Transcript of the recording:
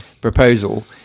proposal